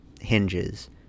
hinges